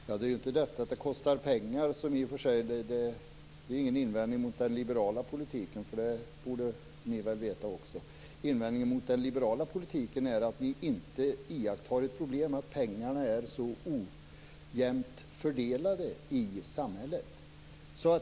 Fru talman! Att det kostar pengar är ingen invändning mot den liberala politiken, det borde ni väl veta också. Invändningen mot den liberala politiken är att ni inte iakttar det problemet att pengarna är så ojämnt fördelade i samhället.